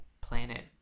planet